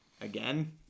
Again